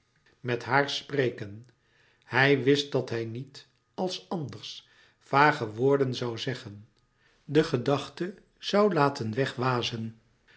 met haar spreken hij wist dat hij niet als anders vage woorden zoû zeggen de gedachte zoû laten